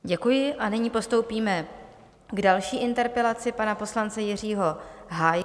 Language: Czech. Děkuji a nyní postoupíme k další interpelaci pana poslance Jiřího Hájka.